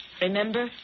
Remember